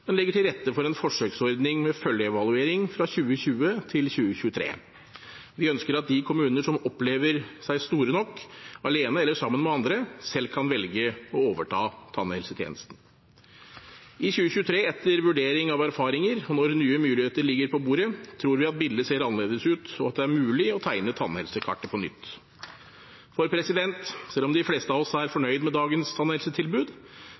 den noe om tannhelsetjenestens fremtid. Da må jeg peke på kommunereformen og ønsket om store, robuste kommuner. Dit er vi ikke kommet – ennå. Med dette som bakgrunn velger vi nå å stoppe overføring av tannhelsetjenesten til kommunene, men legger til rette for en forsøksordning med følgeevaluering fra 2020 til 2023. Vi ønsker at de kommuner som opplever seg store nok, alene eller sammen med andre, selv kan velge å overta tannhelsetjenesten. I 2023, etter vurdering av erfaringer og når mye muligheter ligger på